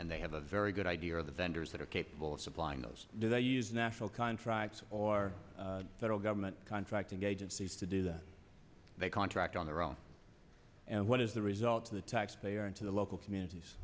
and they have a very good idea of the vendors that are capable of supplying those do they use national contracts or federal government contracting agencies to do that they contract on their own and what is the result to the taxpayer and to the local communities